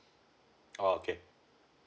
oh okay